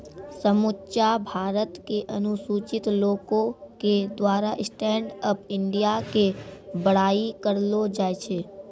समुच्चा भारत के अनुसूचित लोको के द्वारा स्टैंड अप इंडिया के बड़ाई करलो जाय छै